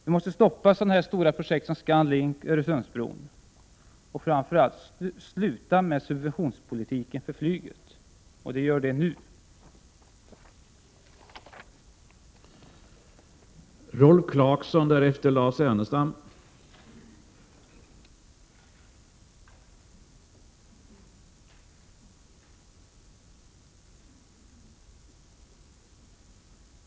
Vi måste stoppa stora projekt, t.ex. ScanLink och Öresundsbron, och framför allt sluta med en politik som innebär att man subventionerar flyget, och se till att det görs nu.